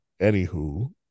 anywho